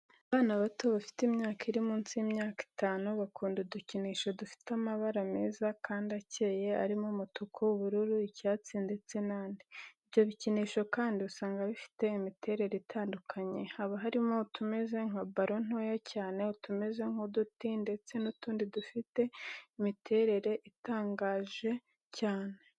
Abana bato bafite imyaka iri munsi y'itanu bakunda udukinisho dufite amabara meza kandi acyeye, arimo umutuku, ubururu, icyatsi, ndetse nandi. ibyo bikinisho kandi usanga bifite imiterere itandukanye, haba hari utumeze nka baro ntoya cyane, utumeze nk' uduti ndetse nutundi dufite imiterere itangaje cyane.